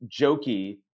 jokey